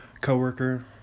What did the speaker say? co-worker